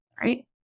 right